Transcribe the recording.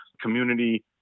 community